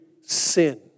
sin